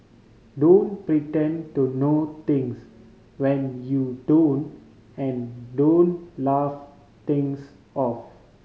don't pretend to know things when you don't and don't laugh things off